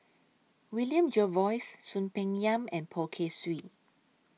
William Jervois Soon Peng Yam and Poh Kay Swee